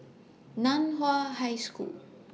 NAN Hua High School